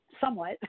somewhat